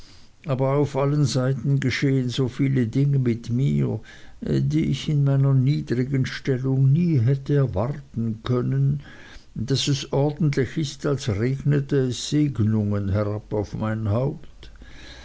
aber auf allen seiten geschehen so viele dinge mit mir die ich in meiner niedrigen stellung nie hätte erwarten können daß es ordentlich ist als regnete es segnungen herab auf mein haupt